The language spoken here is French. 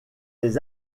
les